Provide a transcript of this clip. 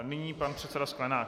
Nyní pan předseda Sklenák.